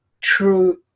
true